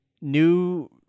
new